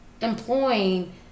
employing